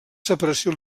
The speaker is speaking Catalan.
separació